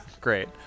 great